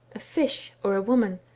a fish, or a woman,